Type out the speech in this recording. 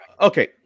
Okay